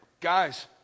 guys